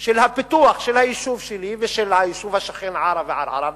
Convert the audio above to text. של הפיתוח של היישוב שלי ושל היישוב השכן עארה וערערה,